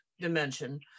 dimension